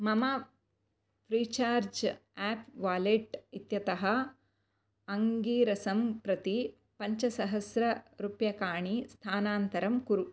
मम Freecharge app wallet इत्यतः आङ्गिरसं प्रति पञ्चसहस्ररूप्यकाणि स्थानान्तरं कुरु